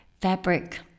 fabric